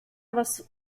was